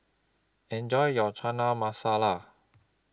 Enjoy your Chana Masala